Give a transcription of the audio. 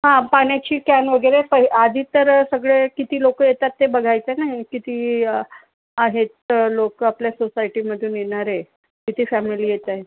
हा पाण्याची कॅन वगैरे पय आधी तर सगळे किती लोक येतात ते बघायचं आहे ना किती आहेत तर लोक आपल्या सोसायटीमधून येणारे किती फॅमेली येत आहेत